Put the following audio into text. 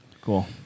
Cool